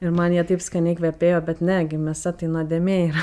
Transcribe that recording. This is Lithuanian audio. ir man jie taip skaniai kvepėjo bet ne gi mėsa tai nuodėmė yra